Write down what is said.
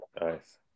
nice